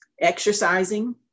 Exercising